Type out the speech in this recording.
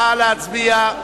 נא להצביע.